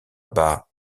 bas